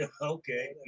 Okay